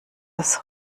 das